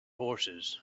horses